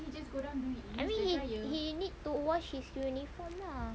I mean he need to wash his uniform lah